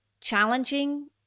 challenging